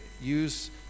use